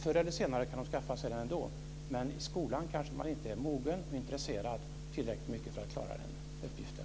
Förr eller senare kan de skaffa sig det ändå, men i skolan kanske man inte är mogen och tillräckligt intresserad för att klara den uppgiften.